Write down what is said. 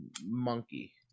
monkey